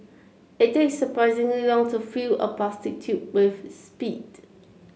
it takes surprisingly long to fill a plastic tube with spit